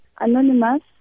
Anonymous